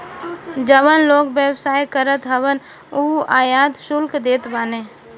जवन लोग व्यवसाय करत हवन उ आयात शुल्क देत बाने